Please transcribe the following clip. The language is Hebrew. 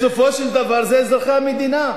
בסופו של דבר אלה אזרחי המדינה.